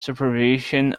supervision